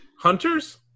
Hunters